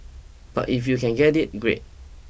but if you can get it great